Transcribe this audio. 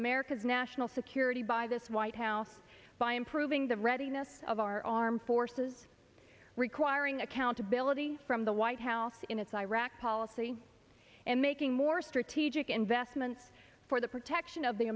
america's national security by this white house by improving the readiness of our armed forces requiring accountability from the white house in its iraq policy and making more strategic investments for the protection of the